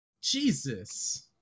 jesus